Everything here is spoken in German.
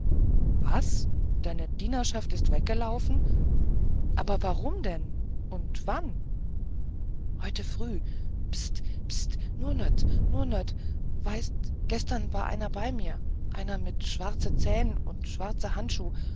was deine dienerschaft ist weggelaufen warum denn und wann heut früh pst pst nur nöt nur nöt weißt d gestern war einer bei mir einer mit schwarze zähn und schwarze handschuh